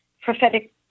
prophetic